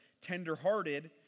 tenderhearted